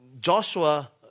Joshua